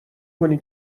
کنی